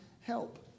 help